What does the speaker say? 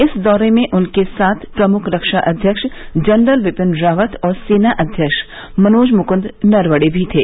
इस दौरे में उनके साथ प्रमुख रक्षा अध्यक्ष जनरल बिपिन रावत और सेना अध्यक्ष मनोज मुकुन्द नरवणे भी थे